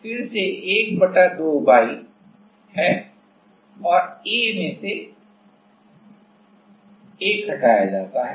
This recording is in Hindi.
यह फिर से 1 2 y है और A में से एक हटाया जाता है